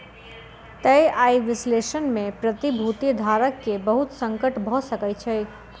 तय आय विश्लेषण में प्रतिभूति धारक के बहुत संकट भ सकै छै